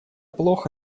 плохо